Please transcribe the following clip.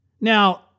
Now